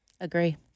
Agree